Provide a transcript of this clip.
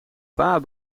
paar